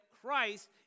Christ